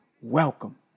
Welcome